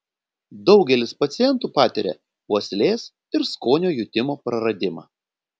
daugelis pacientų patiria uoslės ir skonio jutimo praradimą